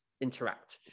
interact